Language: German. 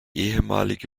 ehemalige